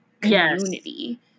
community